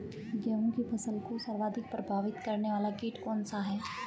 गेहूँ की फसल को सर्वाधिक प्रभावित करने वाला कीट कौनसा है?